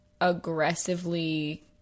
aggressively